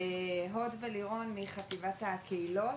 הוד ולירון מחטיבת הקהילות,